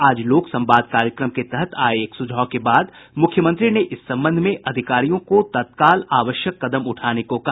आज लोक संवाद कार्यक्रम के तहत आये एक सुझाव के बाद मुख्यमंत्री ने इस संबंध में अधिकारियों को तत्काल आवश्यक कदम उठाने को कहा